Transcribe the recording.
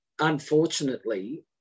Unfortunately